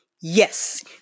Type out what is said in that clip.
Yes